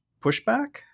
pushback